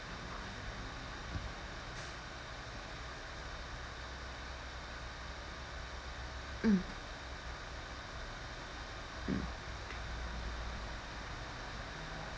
mm mm